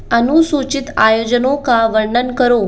अनुसूचित आयोजनों का वर्णन करो